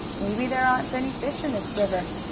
maybe there aren't any fish in this river.